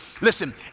Listen